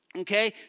Okay